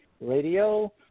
Radio